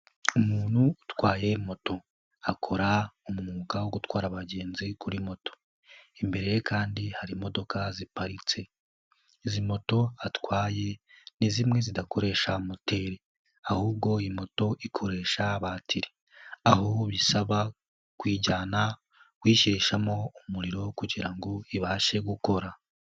Umuntu utwaye moto, akora umwuga wo gutwara abagenzi kuri moto, imbere ye kandi hari imodoka ziparitse, izi moto atwaye ni zimwe zidakoresha moteri, ahubwo iyi moto ikoresha batiri, aho bisaba kuyijyana kuyishyiramo umuriro kugira ngo ibashe gukora.